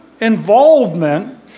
involvement